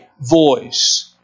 voice